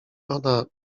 ona